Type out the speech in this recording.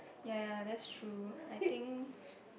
ya ya that's true I think